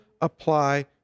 apply